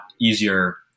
easier